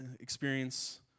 experience